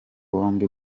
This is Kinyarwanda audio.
bombi